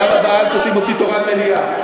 בפעם הבאה אל תשים אותי תורן מליאה.